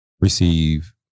receive